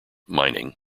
mining